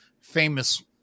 famous